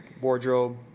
wardrobe